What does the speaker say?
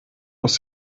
aus